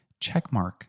checkmark